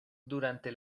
durante